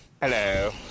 Hello